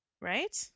Right